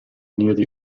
nearly